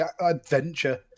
adventure